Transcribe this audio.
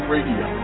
Radio